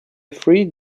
three